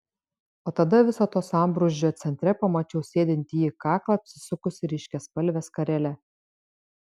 o tada viso to sambrūzdžio centre pamačiau sėdint jį kaklą apsisukusį ryškiaspalve skarele